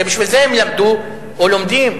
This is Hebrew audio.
הרי בשביל זה הם למדו או לומדים.